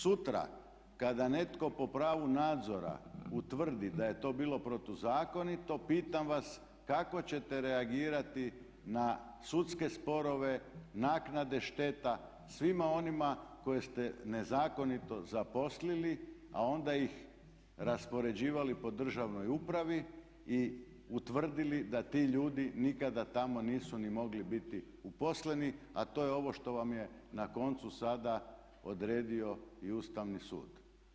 Sutra kada netko po pravu nadzora utvrdi da je to bilo protuzakonito pitam vas kako ćete reagirati na sudske sporove, naknade šteta svima onima koje ste nezakonito zaposlili a onda ih raspoređivali po državnoj upravi i utvrdili da ti ljudi nikada tamo nisu ni mogli biti uposleni, a to je ovo što vam je na koncu sada odredio i Ustavni sud.